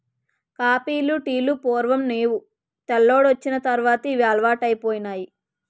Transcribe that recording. కాపీలు టీలు పూర్వం నేవు తెల్లోడొచ్చిన తర్వాతే ఇవి అలవాటైపోనాయి